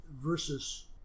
versus